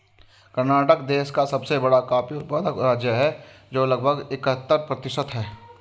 कर्नाटक देश का सबसे बड़ा कॉफी उत्पादन राज्य है, जो लगभग इकहत्तर प्रतिशत है